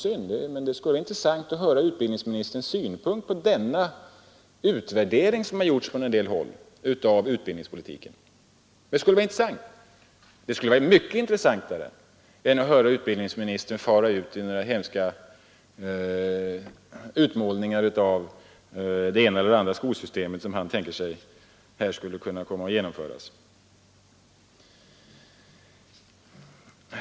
Det skulle vara intressant att höra herr Ingvar Carlssons synpunkt på denna utvärdering av utbildningspolitiken som har gjorts från en del håll; det skulle vara mycket intressantare än att höra utbildningsministern fara ut i några hemska utmålningar av det ena eller andra skolsystemet som han tänker sig skulle kunna komma att genomföras.